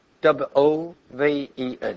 W-O-V-E-N